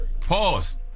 Pause